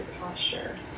posture